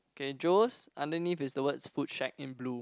okay Joe's underneath is the words food shack in blue